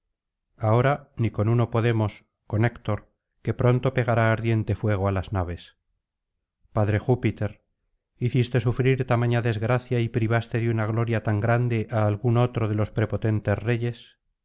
ahora ni con uno podemos con héctor que pronto pegará ardiente fuego á las naves padre júpiter hiciste sufrir tamaña desgracia y privaste de una gloria tan grande á algún otro de los prepotentes reyes